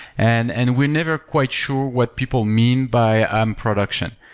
and and we're never quite sure what people mean by i'm production.